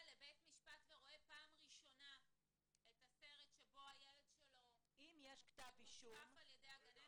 לבית משפט ורואה בפעם הראשונה את הסרט שבו ילדו מכופכף על ידי הגננת.